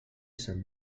sant